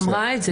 היא אמרה את זה.